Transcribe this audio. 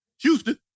Houston